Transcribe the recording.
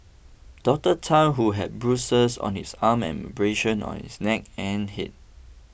Doctor Tan who had bruises on his arm and abrasions on his neck and head